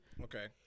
Okay